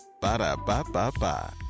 Ba-da-ba-ba-ba